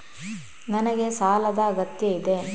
ನನಗೆ ಸಾಲದ ಅಗತ್ಯ ಇದೆ?